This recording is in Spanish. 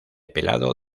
pelado